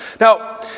Now